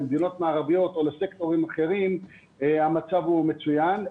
למדינות מערביות או לסקטורים אחרים המצב הוא מצוין.